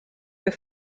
für